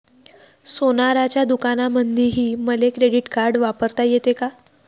सोनाराच्या दुकानामंधीही मले क्रेडिट कार्ड वापरता येते का?